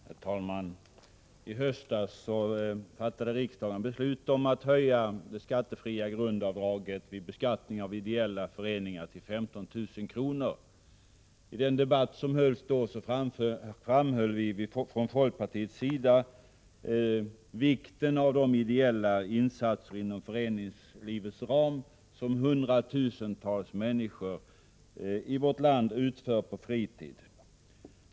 Herr talman! I höstas fattade riksdagen beslut om att höja det skattefria grundavdraget vid beskattning av ideella föreningar till 15 000 kr. I den debatt som hölls då framhöll vi från folkpartiets sida vikten av de ideella insatser inom föreningslivets ram som hundratusentals människor i vårt land utför på fritid.